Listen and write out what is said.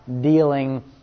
dealing